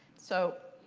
so,